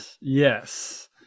Yes